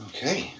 Okay